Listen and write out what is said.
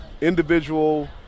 individual